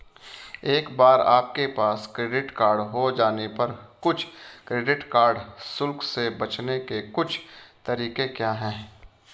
एक बार आपके पास क्रेडिट कार्ड हो जाने पर कुछ क्रेडिट कार्ड शुल्क से बचने के कुछ तरीके क्या हैं?